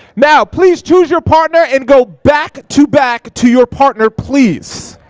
now, please choose your partner and go back to back to your partner please.